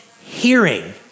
hearing